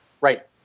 Right